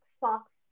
Fox